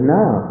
now